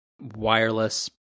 wireless